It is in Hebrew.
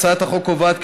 הצעת החוק קובעת,